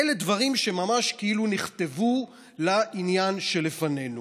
אלה דברים שממש כאילו נכתבו לעניין שלפנינו.